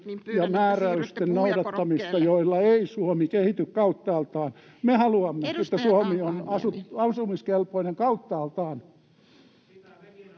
ja määräysten noudattamista, joilla ei Suomi kehity kauttaaltaan. Me haluamme, että Suomi on asumiskelpoinen kauttaaltaan.